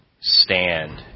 stand